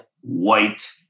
white